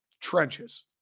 Trenches